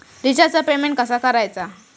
रिचार्जचा पेमेंट कसा करायचा?